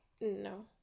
No